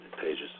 pages